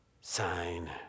sign